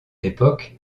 époque